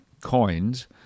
coins